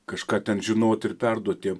kažką ten žinoti ir perduot jiem